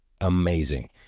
amazing